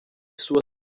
sua